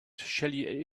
shelly